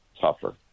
tougher